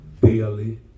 daily